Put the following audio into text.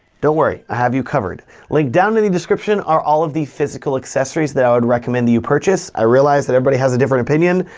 don't worry, i have you covered. linked down in the description are all of the physical accessories that i would recommend that you purchase. i realize that everybody has a different opinion,